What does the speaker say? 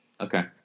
Okay